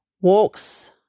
walks